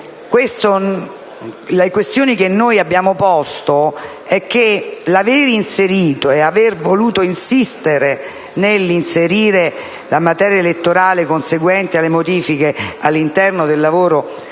La questione che abbiamo posto è che l'aver inserito e l'aver voluto insistere nell'inserire la materia elettorale conseguente alle modifiche all'interno del lavoro del